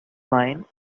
mine